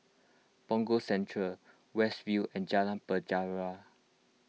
Punggol Central West View and Jalan Penjara